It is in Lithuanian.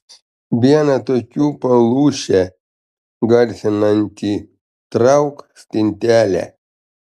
viena tokių palūšę garsinanti trauk stintelę